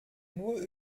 nur